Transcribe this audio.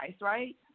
right